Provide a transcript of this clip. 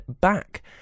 back